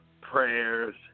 prayers